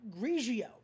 Grigio